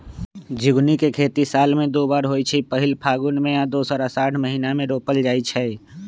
झिगुनी के खेती साल में दू बेर होइ छइ पहिल फगुन में आऽ दोसर असाढ़ महिना मे रोपल जाइ छइ